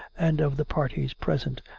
and of the parties present,